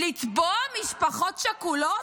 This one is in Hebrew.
לתבוע משפחות שכולות?